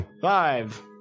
Five